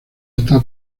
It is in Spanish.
está